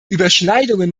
überschneidungen